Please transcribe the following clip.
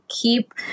keep